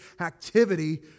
activity